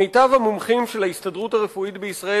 מיטב המומחים של ההסתדרות הרפואית בישראל,